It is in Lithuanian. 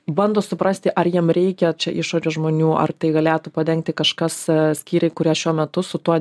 bando suprasti ar jiem reikia čia išorės žmonių ar tai galėtų padengti kažkas skyriai kurie šiuo metu su tuo